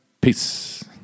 peace